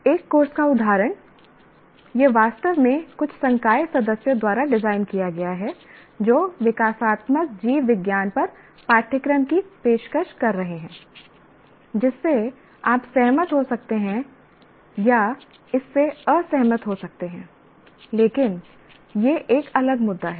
एक कोर्स का उदाहरण यह वास्तव में कुछ संकाय सदस्यों द्वारा डिज़ाइन किया गया है जो विकासात्मक जीवविज्ञान पर पाठ्यक्रम की पेशकश कर रहे हैं जिससे आप सहमत हो सकते हैं या इससे असहमत हो सकते हैं लेकिन यह एक अलग मुद्दा है